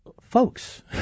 Folks